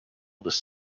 this